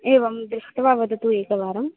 एवं दृष्ट्वा वदतु एकवारम्